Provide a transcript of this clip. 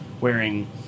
wearing